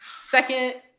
Second